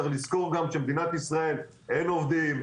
צריך לזכור גם שלמדינת ישראל אין עובדים,